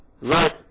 right